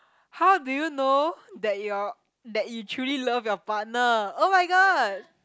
how do you know that your that you truly love your partner oh-my-god